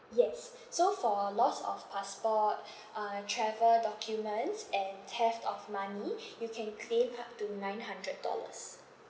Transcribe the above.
yes so for loss of passport uh travel documents and theft of money you can claim up to nine hundred dollars